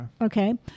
Okay